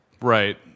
Right